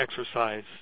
exercise